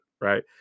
right